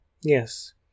Yes